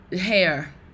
hair